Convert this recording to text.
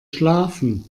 schlafen